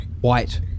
white